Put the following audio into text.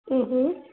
ಊಂ ಹ್ಞೂ